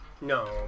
No